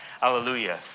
Hallelujah